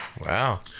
Wow